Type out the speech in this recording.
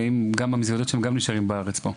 והאם המזוודות שלהם גם נשארות בארץ פה?